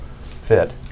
fit